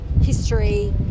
history